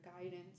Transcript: guidance